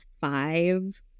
Five